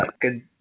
good